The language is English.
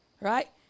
Right